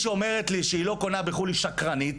שאומרת לי שהיא לא קונה בחו"ל היא שקרנית,